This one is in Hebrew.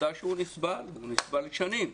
עובדה שהוא נסבל והוא נסבל שנים,